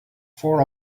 for